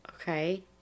Okay